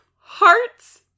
hearts